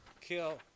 Kill